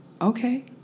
okay